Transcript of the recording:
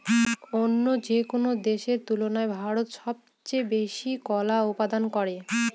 অন্য যেকোনো দেশের তুলনায় ভারত সবচেয়ে বেশি কলা উৎপাদন করে